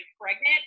pregnant